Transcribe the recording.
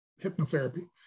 hypnotherapy